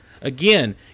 Again